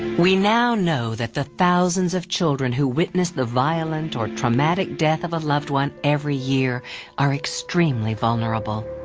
we now know that the thousands of children who witness the violent or traumatic death of a loved one every year are extremely vulnerable.